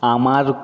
আমার